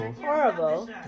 Horrible